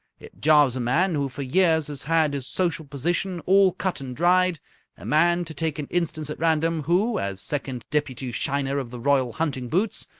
it jars a man who for years has had his social position all cut and dried a man, to take an instance at random, who, as second deputy shiner of the royal hunting boots,